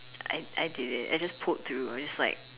I I did it I just pulled through I just like